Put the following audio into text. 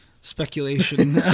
speculation